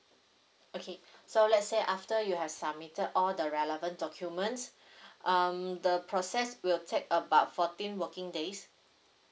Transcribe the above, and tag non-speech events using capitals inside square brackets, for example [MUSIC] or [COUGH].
okay so let's say after you have submitted all the relevant documents [BREATH] um the process will take about fourteen working days